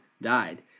died